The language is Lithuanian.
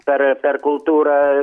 per per kultūrą